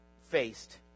faced